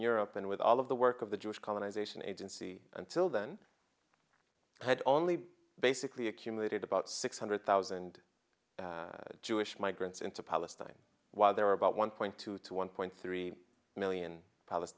europe and with all of the work of the jewish colonization agency until then had only basically accumulated about six hundred thousand jewish migrants into palestine while there were about one point two to one point three million p